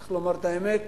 צריך לומר את האמת,